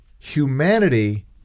Humanity